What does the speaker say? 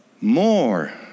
more